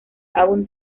álbum